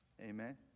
Amen